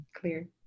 clear